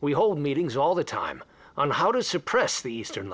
we hold meetings all the time on how to suppress the eastern